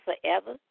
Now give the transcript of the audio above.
forever